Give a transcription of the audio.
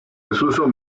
desuso